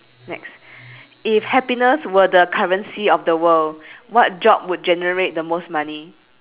next if happiness were the currency of the world what job would generate the most money